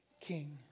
king